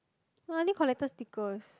no I only collected stickers